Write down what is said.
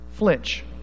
flinch